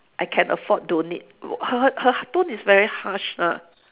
I can afford don't need her her her tone is very harsh lah